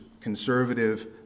conservative